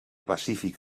pacífic